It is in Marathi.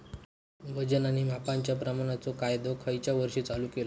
वजन आणि मापांच्या प्रमाणाचो कायदो खयच्या वर्षी चालू केलो?